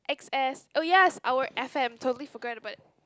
X_S oh yes our F_M totally forgot about